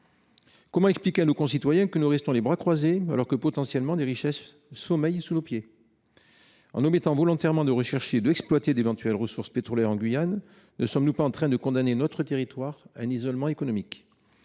Comment expliquer à nos concitoyens que nous restons les bras croisés alors que, potentiellement, des richesses sommeillent sous nos pieds ? En omettant volontairement de rechercher ou d’exploiter d’éventuelles ressources pétrolières en Guyane, ne sommes nous pas en train de condamner notre territoire à l’isolement économique ?